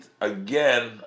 again